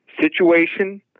situation